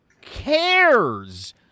cares